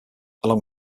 along